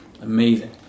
amazing